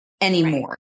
anymore